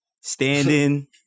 standing